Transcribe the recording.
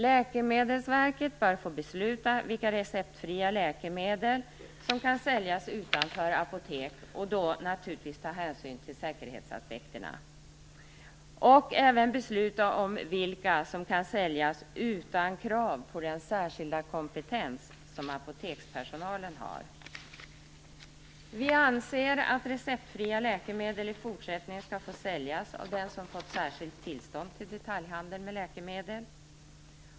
Läkemedelsverket bör få besluta om vilka receptfria läkemedel som kan säljas utanför apoteken, naturligtvis med hänsyn tagen till säkerhetsaspekterna, och bör även få besluta om vilka läkemedel som kan säljas utan krav på den särskilda kompetens som apotekspersonalen har. Vi anser att receptfria läkemedel i fortsättningen skall få säljas av den som har fått särskilt tillstånd till detaljhandel med läkemedel.